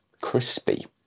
Crispy